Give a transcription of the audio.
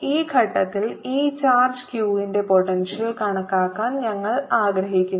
ഈ ഘട്ടത്തിൽ ഈ ചാർജ് q ന്റെ പൊട്ടെൻഷ്യൽ കണക്കാക്കാൻ ഞങ്ങൾ ആഗ്രഹിക്കുന്നു